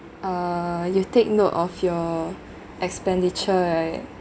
uh you take note of your expenditure right